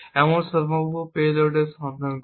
এমন সম্ভাব্য পেলোডের সন্ধান করা